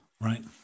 right